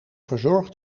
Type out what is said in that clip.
verzorgd